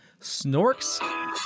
Snorks